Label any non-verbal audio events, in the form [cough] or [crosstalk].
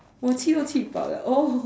我起头吃饱 liao oh [laughs]